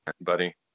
buddy